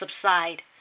subside